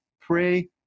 Pray